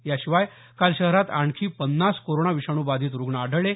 याशिवाय काल शहरात आणखी पन्नास कोरोना विषाणू बाधित रूग्ण आढळले